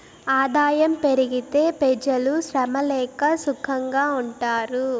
ఆదాయం పెరిగితే పెజలు శ్రమ లేక సుకంగా ఉంటారు